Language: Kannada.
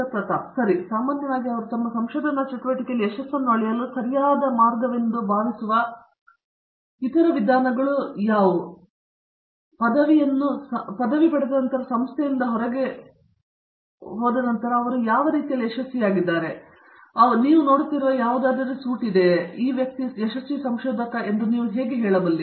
ಪ್ರತಾಪ್ ಹರಿಡೋಸ್ ಸರಿ ಸಾಮಾನ್ಯವಾಗಿ ಅವರು ತಮ್ಮ ಸಂಶೋಧನಾ ಚಟುವಟಿಕೆಯಲ್ಲಿ ಯಶಸ್ಸನ್ನು ಅಳೆಯಲು ಸರಿಯಾದ ಮಾರ್ಗವೆಂದು ಭಾವಿಸುವ ಇತರ ವಿಧಾನಗಳಲ್ಲಿ ಪದವಿಯನ್ನು ಸಂಸ್ಥೆಯಿಂದ ಹೊರಗುಳಿದು ಅವರು ವಿಷಯಗಳಲ್ಲಿ ಡಿಗ್ರಿ ಪಡೆಯುತ್ತಿದ್ದಾರೆ ಆದ್ದರಿಂದ ಅವರು ಸ್ವಲ್ಪ ರೀತಿಯಲ್ಲಿ ಯಶಸ್ವಿಯಾಗಿದ್ದಾರೆ ಆದರೆ ನೀವು ನೋಡುತ್ತಿರುವ ಯಾವುದಾದರೂ ಸೂಟ್ ಇದೆಯೇ ಮತ್ತು ಈ ವ್ಯಕ್ತಿ ಯಶಸ್ವಿ ಸಂಶೋಧಕ ಎಂದು ನೀವು ಹೇಗೆ ಹೇಳುತ್ತೀರಿ